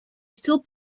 still